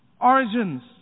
origins